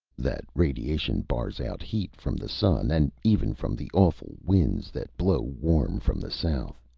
that radiation bars out heat, from the sun, and even from the awful winds that blow warm from the south.